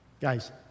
guys